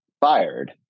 fired